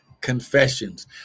confessions